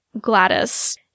Gladys